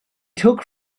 took